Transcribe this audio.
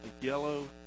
yellow